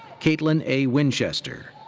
kaitlin a. winchester.